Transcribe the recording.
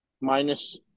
minus